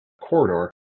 corridor